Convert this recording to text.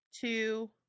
two